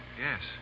Yes